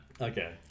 Okay